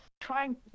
trying